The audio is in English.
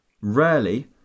Rarely